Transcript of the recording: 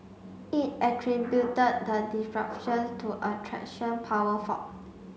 it attributed the disruptions to a traction power fault